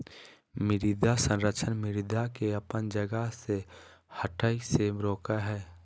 मृदा संरक्षण मृदा के अपन जगह से हठय से रोकय हइ